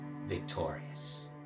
victorious